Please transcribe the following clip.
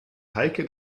heike